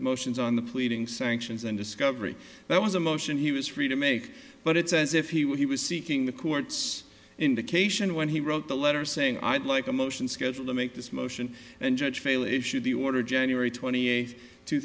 motions on the pleading sanctions and discovery there was a motion he was free to make but it's as if he was seeking the court's indication when he wrote the letter saying i'd like a motion schedule to make this motion and judge fail issue the order january twenty eighth two